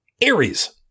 Aries